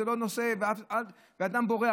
והאדם בורח,